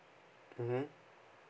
mmhmm